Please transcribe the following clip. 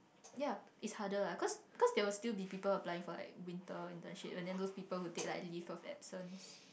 ya it's harder lah cause cause there will still be people applying for like winter internship and then those people who take leave of absence